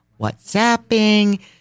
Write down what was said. WhatsApping